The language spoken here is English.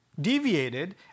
deviated